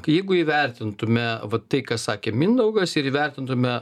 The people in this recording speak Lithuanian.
jeigu įvertintume vat tai ką sakė mindaugas ir įvertintume